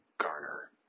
garner